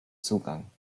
zugang